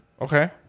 okay